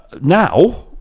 Now